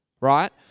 right